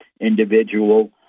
individual